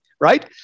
right